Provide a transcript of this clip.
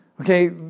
Okay